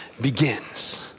begins